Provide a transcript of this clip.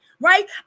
right